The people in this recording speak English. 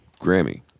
Grammy